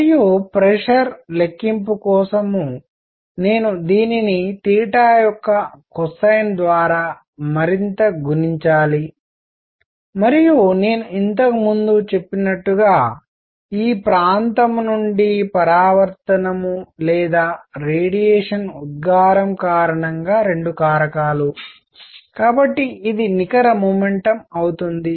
మరియు ప్రెషర్ లెక్కింపు కోసం నేను దీనిని తీటా యొక్క కొసైన్ ద్వారా మరింత గుణించాలి మరియు నేను ఇంతకుముందు చెప్పినట్టుగా ఈ ప్రాంతం నుండి పరావర్తనం లేదా రేడియేషన్ ఉద్గారం కారణంగా రెండు కారకాలు కాబట్టి ఇది నికర మొమెంటం అవుతుంది